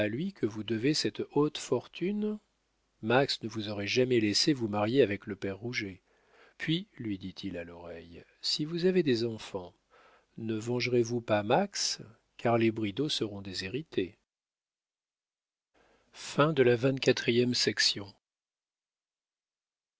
que vous devez cette haute fortune max ne vous aurait jamais laissée vous marier avec le père rouget puis lui dit-il à l'oreille si vous avez des enfants ne vengerez vous pas max car les bridau seront déshérités